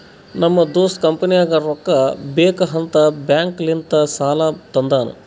ನಮ್ ದೋಸ್ತ ಕಂಪನಿಗ್ ರೊಕ್ಕಾ ಬೇಕ್ ಅಂತ್ ಬ್ಯಾಂಕ್ ಲಿಂತ ಸಾಲಾ ತಂದಾನ್